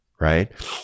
Right